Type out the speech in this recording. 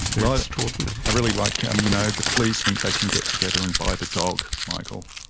they're ah extraordinary. i really like. um you know the fleas think they can get together and buy the dog, michael.